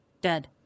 Dead